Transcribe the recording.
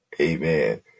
amen